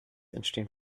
entstehen